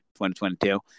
2022